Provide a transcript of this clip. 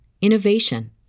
innovation